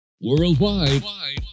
Worldwide